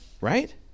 right